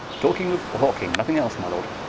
talking of hawking nothing else, my lord.